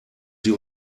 sie